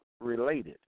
related